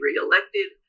reelected